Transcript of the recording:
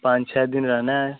पाँच छः दिन रहना है